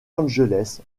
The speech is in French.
angeles